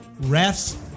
refs